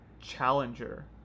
challenger